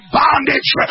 bondage